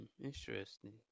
Interesting